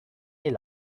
est